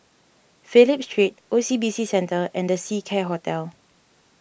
Phillip Street O C B C Centre and the Seacare Hotel